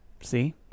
See